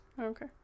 Okay